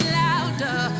louder